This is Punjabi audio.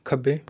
ਖੱਬੇ